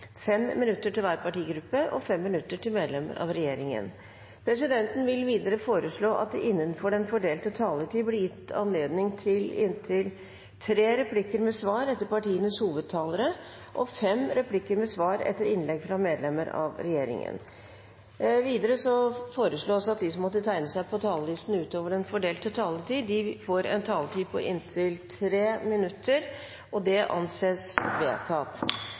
fem replikker med svar etter innlegg fra medlemmer av regjeringen. Videre foreslås det at de som måtte tegne seg på talerlisten utover den fordelte taletid, får en taletid på inntil 3 minutter. – Det anses vedtatt.